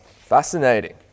fascinating